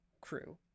crew